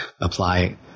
apply